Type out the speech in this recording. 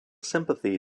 sympathy